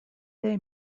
they